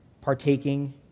partaking